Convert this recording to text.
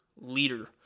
leader